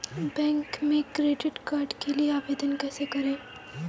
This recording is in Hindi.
बैंक में क्रेडिट कार्ड के लिए आवेदन कैसे करें?